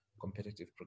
competitive